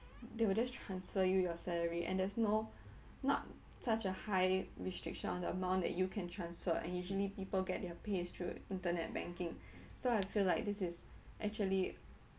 they will just transfer you your salary and there's no not such as high restriction on the amount that you can transfer and usually people get their pays through internet banking so I feel like this is actually